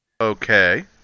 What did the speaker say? Okay